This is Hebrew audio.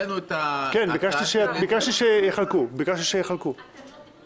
ביקשתי שיחלקו לכם את הצעת החוק.